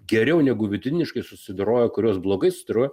geriau negu vidutiniškai susidorojo kurios blogai susidorojo